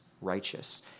righteous